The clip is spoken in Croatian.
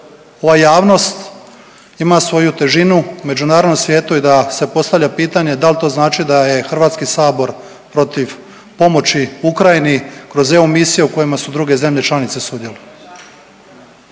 ova javnost ima svoju težinu u međunarodnom svijetu i da se postavlja pitanje da li to znači da je Hrvatski sabor protiv pomoći Ukrajini kroz EU misije u kojima su druge zemlje članice sudjelovale.